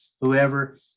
whoever